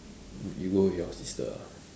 you you go with your sister ah